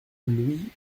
louis